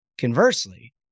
conversely